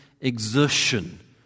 exertion